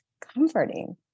comforting